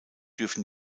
dürfen